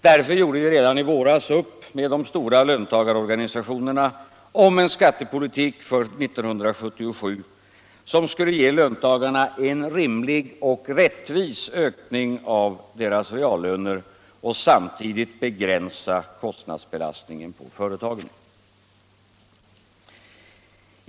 Därför gjorde vi redan i våras upp med de stora löntagarorganisationerna om en skattepolitik för 1977 som skulle ge löntagarna en rimlig och rättvis ökning av deras reallöner och samtidigt begränsa kostnadsbelastningen på företagen.